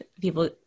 People